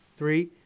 Three